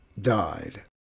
died